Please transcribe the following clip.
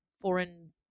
foreign